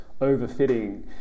overfitting